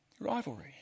Rivalry